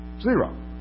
zero